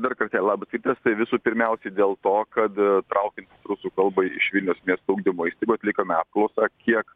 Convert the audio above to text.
dar kartelį labas rytas tai visų pirmiausiai dėl to kad traukiantis rusų kalbai iš vilniaus miesto ugdymo įstaigų atlikome apklausą kiek